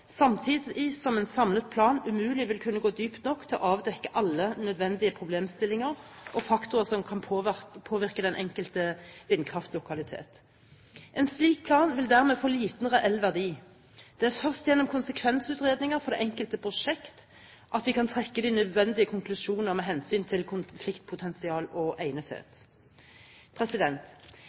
samtidig som en samlet plan umulig vil kunne gå dypt nok til å avdekke alle nødvendige problemstillinger og faktorer som kan påvirke den enkelte vindkraftlokalitet. En slik plan vil dermed få liten reell verdi. Det er først gjennom konsekvensutredninger for det enkelte prosjekt at vi kan trekke de nødvendige konklusjoner med hensyn til konfliktpotensial og egnethet.